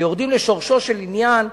שיורדים לשורשו של עניין,